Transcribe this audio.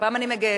הפעם אני מגייסת.